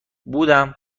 بودم